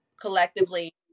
collectively